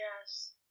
Yes